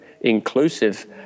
inclusive